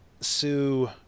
Sue